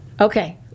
Okay